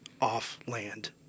off-land